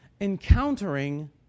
encountering